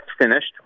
finished